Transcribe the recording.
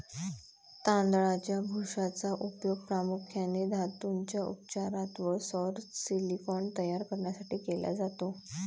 तांदळाच्या भुशाचा उपयोग प्रामुख्याने धातूंच्या उपचारात व सौर सिलिकॉन तयार करण्यासाठी केला जातो